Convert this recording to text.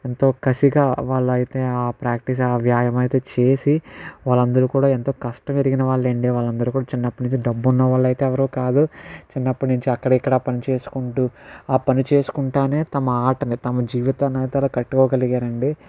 ఎంతో కసిగా వాళ్ళు అయితే ఆ ప్రాక్టీస్ ఆ వ్యాయమం అయితే చేసి వాళ్ళు అందరు కూడా ఎంతో కష్టం ఎరిగిన వాళ్ళు అండి వాళ్ళు అందరు కూడా చిన్నప్పటి నుంచి డబ్బున్న వాళ్ళు అయితే ఎవరు కాదు చిన్నప్పటి నుంచి అక్కడ ఇక్కడ పనిచేసుకుంటు ఆ పని చేసుకుంటు తమ ఆటని తమ జీవితాన్ని అయితే అలా కట్టుకోగలిగారు అండి